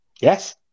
Yes